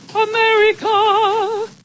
America